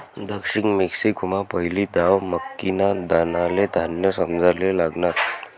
दक्षिण मेक्सिकोमा पहिली दाव मक्कीना दानाले धान्य समजाले लागनात